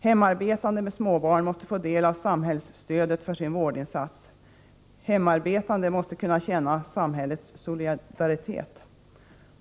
Hemarbetande med småbarn måste få del av samhällsstödet för sin vårdinsats, hemarbetande måste kunna känna samhällets solidaritet.